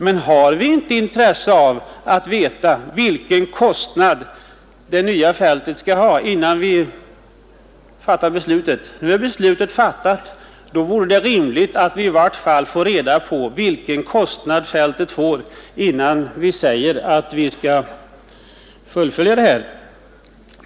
Men har vi inte intresse av att få veta vilken kostnad det nya fältet drar innan vi fattar ett beslut? Nu är beslutet fattat; då vore det rimligt att vi fick reda på vad kostnaden för fältet blir innan vi förklarar oss beredda att fullfölja beslutet.